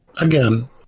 Again